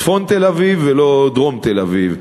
צפון תל-אביב ולא דרום תל-אביב,